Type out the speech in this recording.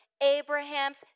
Abraham's